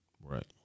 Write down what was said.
Right